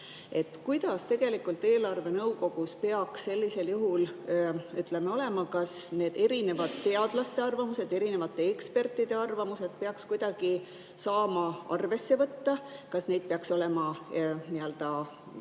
Kuidas tegelikult eelarvenõukogus peaks sellisel juhul olema, kas neid erinevate teadlaste arvamusi, erinevate ekspertide arvamusi peaks kuidagi saama arvesse võtta? Kas peaks püüdma võimalikult